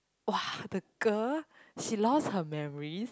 !wah! the girl she lost her memories